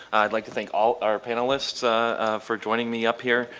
i'd like to thank all our panelists for joining me up here.